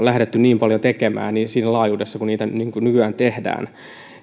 lähdetty niin paljon tekemään siinä laajuudessa kuin niitä nykyään tehdään